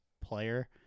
player